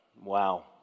Wow